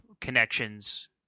connections